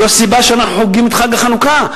זו הסיבה שאנחנו חוגגים את חג החנוכה.